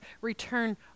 return